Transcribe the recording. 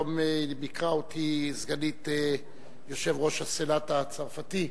היום ביקרה אותי סגנית יושב-ראש הסנאט הצרפתי,